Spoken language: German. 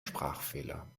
sprachfehler